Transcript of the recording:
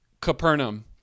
Capernaum